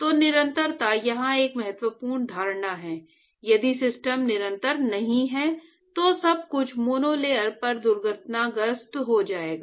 तो निरंतरता यहां एक महत्वपूर्ण धारणा है यदि सिस्टम निरंतर नहीं है तो सब कुछ मोनोलेयर पर दुर्घटनाग्रस्त हो जाएगा